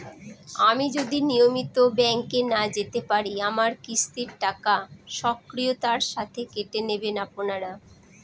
আমি যদি নিয়মিত ব্যংকে না যেতে পারি আমার কিস্তির টাকা স্বকীয়তার সাথে কেটে নেবেন আপনারা?